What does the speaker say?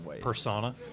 persona